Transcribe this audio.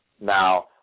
Now